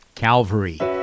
Calvary